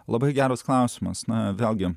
labai geras klausimas na vėlgi